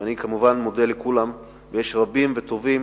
ואני כמובן מודה לכולם, ויש רבים וטובים